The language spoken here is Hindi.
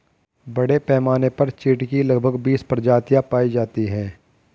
बड़े पैमाने पर चीढ की लगभग बीस प्रजातियां पाई जाती है